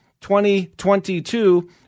2022 –